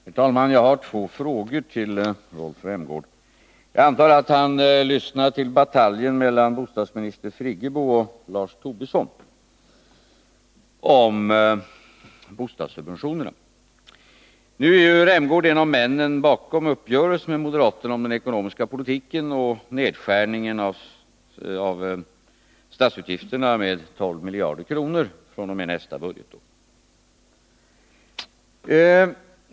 Herr talman! På två punkter vill jag ställa några frågor till Rolf Rämgård. Jag antar att han lyssnade till bataljen mellan bostadsminister Friggebo och Lars Tobisson om bostadssubventionerna. Rolf Rämgård är ju en av männen bakom uppgörelsen med moderaterna om den ekonomiska politiken och nedskärningen av statsutgifterna med 12 miljarder kronor fr.o.m. nästa budgetår.